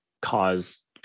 cause